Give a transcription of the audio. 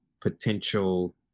potential